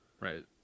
Right